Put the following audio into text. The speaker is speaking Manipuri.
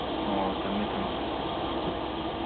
ꯑꯣ ꯊꯝꯃꯦ ꯊꯝꯃꯦ